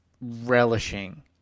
relishing